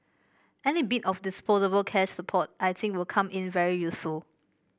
any bit of disposable cash support I think will come in very useful